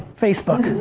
facebook,